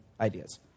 ideas